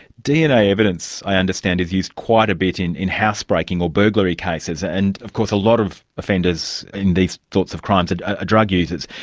dna evidence, i understand, is used quite a bit in in housebreaking or burglary cases, and of course a lot of offenders in these sorts of crimes are ah drug-users.